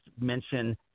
mention